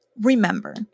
Remember